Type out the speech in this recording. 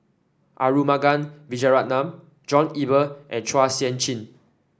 Arumugam Vijiaratnam John Eber and Chua Sian Chin